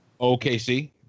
OKC